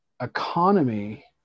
economy